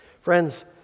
Friends